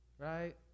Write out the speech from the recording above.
right